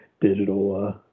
digital